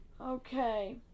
Okay